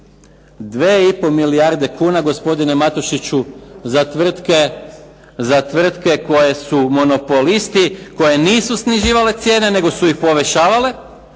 2,5 milijarde kuna gospodine Matošiću za tvrtke koje su monopolisti, koje nisu snizivale cijene nego su ih povećavale,